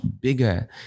bigger